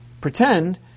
pretend